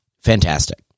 Fantastic